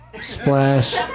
Splash